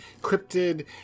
cryptid